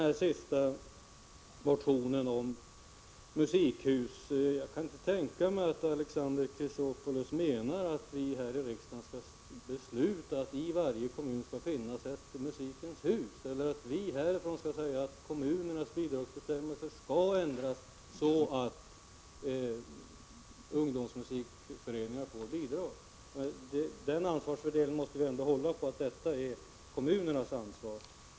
När det gäller motionen om musikhus kan jag inte tänka mig att Alexander Chrisopoulus menar att vi i riksdagen skall besluta att det i varje kommun skall finnas ett Musikens hus och att vi skall besluta att kommunernas bidragsbestämmelser skall ändras så, att ungdomsmusikföreningar får bidrag. Vi måste ändå hålla på att detta är kommunernas eget ansvar.